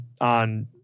on